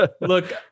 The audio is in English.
Look